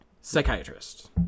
psychiatrist